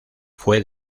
fue